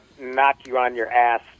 knock-you-on-your-ass